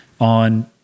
on